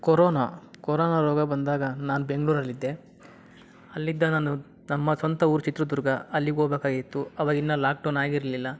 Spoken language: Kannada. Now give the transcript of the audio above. ಕೊರೋನಾ ಕೊರೋನಾ ರೋಗ ಬಂದಾಗ ನಾನು ಬೆಂಗಳೂರಲ್ಲಿದ್ದೆ ಅಲ್ಲಿದ್ದ ನಾನು ನಮ್ಮ ಸ್ವಂತ ಊರು ಚಿತ್ರದುರ್ಗ ಅಲ್ಲಿಗೆ ಹೋಗ್ಬೇಕಾಗಿತ್ತು ಅವಾಗಿನ್ನೂ ಲಾಕ್ಡೌನ್ ಆಗಿರಲಿಲ್ಲ